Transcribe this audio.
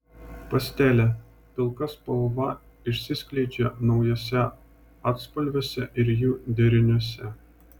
pastelė pilka spalva išsiskleidžia naujuose atspalviuose ir jų deriniuose